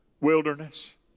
wilderness